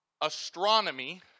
astronomy